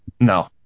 No